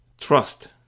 trust